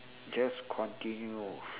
just continue